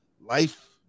life